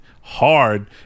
hard